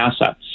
assets